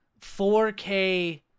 4K